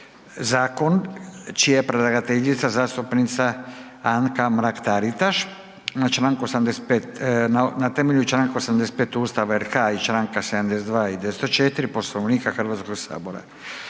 P.Z. br.859 Predlagateljica je zastupnica Anka Mrak Taritaš na temelju čl. 85. Ustava RH i čl. 172. i 204. Poslovnika Hrvatskog sabora.